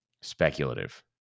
speculative